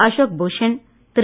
Ashok Bhushan Thiru